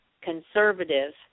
conservative